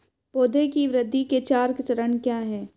पौधे की वृद्धि के चार चरण क्या हैं?